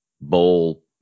bowl